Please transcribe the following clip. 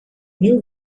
new